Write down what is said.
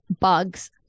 bugs